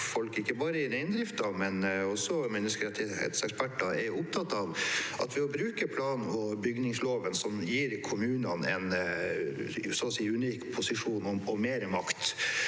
folk ikke bare i reindriften, men også menneskerettighetseksperter er opptatt av, dvs. at ved å bruke plan- og bygningsloven, som gir kommunene en så å si unik posisjon og mer makt,